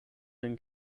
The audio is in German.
den